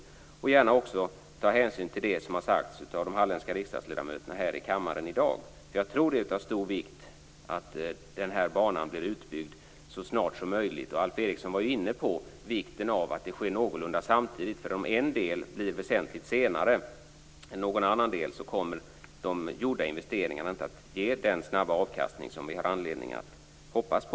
Ministern får gärna också ta hänsyn till det som har sagts av de halländska riksdagsledamöterna här i kammaren i dag. Jag tror att det är av stor vikt att banan blir utbyggd så snart som möjligt. Alf Eriksson var inne på vikten av att det hela sker någorlunda samtidigt. Om en del blir väsentligt senare än någon annan del kommer nämligen de gjorda investeringarna inte att ge den snabba avkastning som vi har anledning att hoppas på.